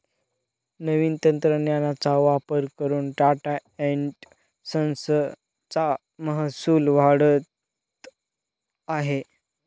नवीन तंत्रज्ञानाचा वापर करून टाटा एन्ड संस चा महसूल वाढत आहे